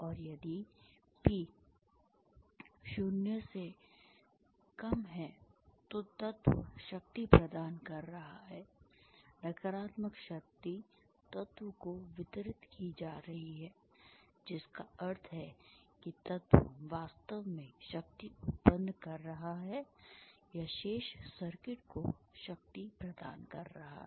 और यदि P 0 है तो तत्व शक्ति प्रदान कर रहा है नकारात्मक शक्ति तत्व को वितरित की जा रही है जिसका अर्थ है कि तत्व वास्तव में शक्ति उत्पन्न कर रहा है या शेष सर्किट को शक्ति प्रदान कर रहा है